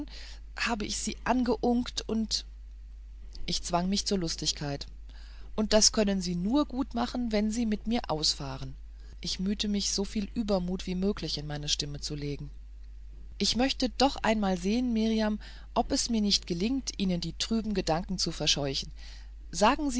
habe ich sie angeunkt und ich zwang mich zur lustigkeit und das können sie nur gutmachen wenn sie mit mir ausfahren ich bemühte mich so viel übermut wie möglich in meine stimme zu legen ich möchte doch einmal sehen mirjam ob es mir nicht gelingt ihnen die trüben gedanken zu verscheuchen sagen